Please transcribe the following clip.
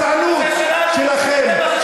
זה שלנו, תפתרו את הבעיות של הגזענות שלכם,